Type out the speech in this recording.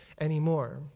anymore